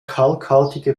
kalkhaltige